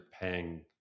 paying